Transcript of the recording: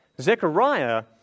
Zechariah